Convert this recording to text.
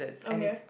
okay